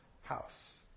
house